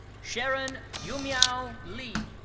sharon youmiao lee.